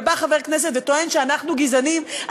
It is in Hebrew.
ובא חבר כנסת וטוען שאנחנו גזענים,